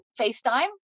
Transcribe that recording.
FaceTime